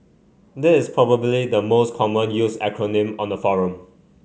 this is probably the most commonly used acronym on the forum